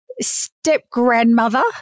step-grandmother